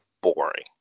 boring